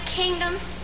kingdoms